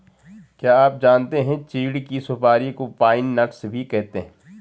क्या आप जानते है चीढ़ की सुपारी को पाइन नट्स भी कहते है?